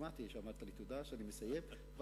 שמעתי אותך, אני רוצה לסיים.